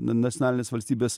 n nacionalinės valstybės